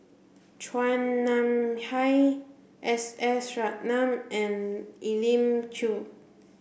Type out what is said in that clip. Chua Nam Hai S S Ratnam and Elim Chew